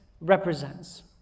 represents